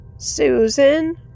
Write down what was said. Susan